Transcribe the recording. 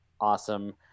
Awesome